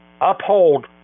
uphold